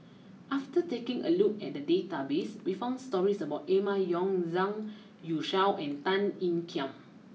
after taking a look at the database we found stories about Emma Yong Zhang Youshuo and Tan Ean Kiam